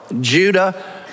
Judah